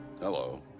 hello